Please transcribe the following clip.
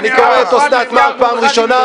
אני קורא את אוסנת פעם ראשונה.